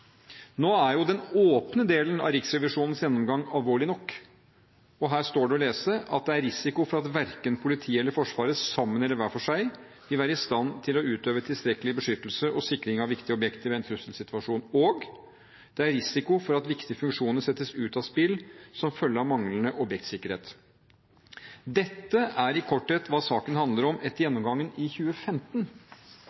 Nå er jo den åpne delen av Riksrevisjonens gjennomgang alvorlig nok. Her står det å lese at det er risiko for at verken politiet eller Forsvaret sammen eller hver for seg vil være i stand til å utøve tilstrekkelig beskyttelse og sikring av viktige objekter ved en trusselsituasjon, og det er risiko for at viktige funksjoner settes ut av spill som følge av manglende objektsikkerhet. Dette er i korthet hva saken handler om etter